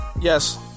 Yes